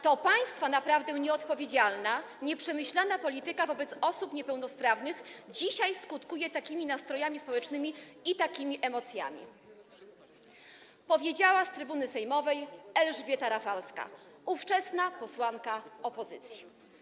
To państwa naprawdę nieodpowiedzialna, nieprzemyślana polityka wobec osób niepełnosprawnych dzisiaj skutkuje takimi nastrojami społecznymi i takimi emocjami” - powiedziała z trybuny sejmowej Elżbieta Rafalska, ówczesna posłanka opozycji.